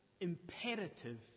imperative